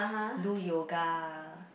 do yoga